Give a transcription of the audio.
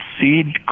seed